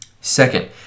second